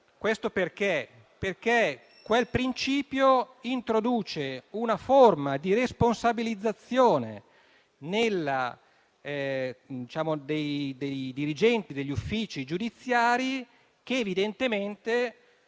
Questo perché quel principio introduce una forma di responsabilizzazione dei dirigenti degli uffici giudiziari, che evidentemente